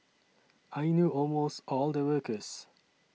I knew almost all the workers